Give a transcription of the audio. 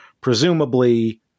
Presumably